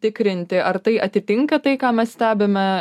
tikrinti ar tai atitinka tai ką mes stebime